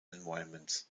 environments